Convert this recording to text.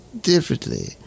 differently